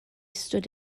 stood